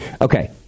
okay